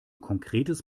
konkretes